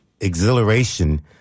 exhilaration